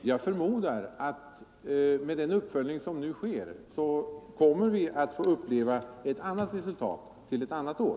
Jag förmodar att med den uppföljning som nu sker kommer vi att få uppleva ett annat resultat till ett annat år.